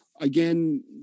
again